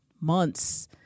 months